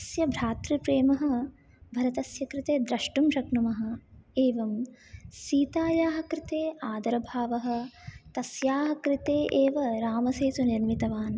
तस्य भातृप्रेमः भरतस्य कृते द्रष्टुं शक्नुमः एवं सीतायाः कृते आदरभावः तस्याः कृते एव रामसेतुं निर्मितवान्